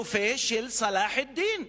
הרופא של צלאח א-דין.